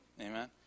amen